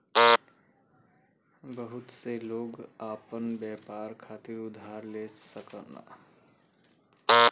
बहुत से लोग आपन व्यापार खातिर उधार ले सकलन